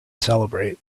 celebrate